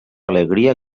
alegria